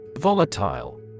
Volatile